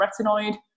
retinoid